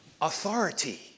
Authority